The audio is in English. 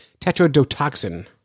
tetrodotoxin